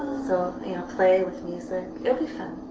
so you know play with music. it'll be fun.